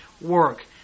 work